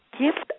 gift